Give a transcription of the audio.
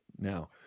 Now